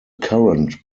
current